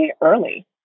early